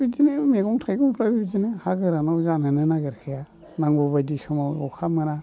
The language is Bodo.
बिदिनो मैगं थाइगंफ्राबो बिदिनो हा गोरानाव जानोनो नागिरखाया नांगौबायदि समाव अखा मोना